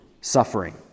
suffering